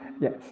Yes